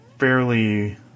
fairly